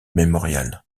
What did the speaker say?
memorial